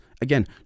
again